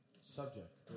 subject